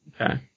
Okay